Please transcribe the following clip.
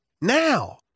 now